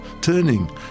turning